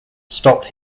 stopped